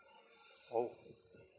oh